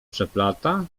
przeplata